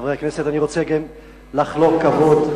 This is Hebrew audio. חברי הכנסת, אני רוצה רגע לחלוק כבוד,